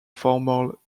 formal